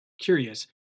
Curious